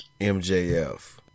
MJF